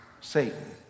Satan